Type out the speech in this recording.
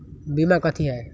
बीमा कथी है?